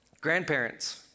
grandparents